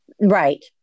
Right